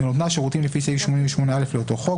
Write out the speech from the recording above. בנותנה שירותים לפי סעיף 88א לאותו חוק,